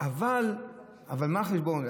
אבל מה החשבון?